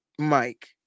Mike